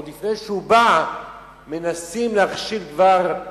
עוד לפני שהוא בא מנסים כבר להכשיל את